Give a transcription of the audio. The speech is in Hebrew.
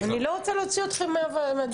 אני לא רוצה להוציא אתכם מהדיון.